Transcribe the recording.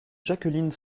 jacqueline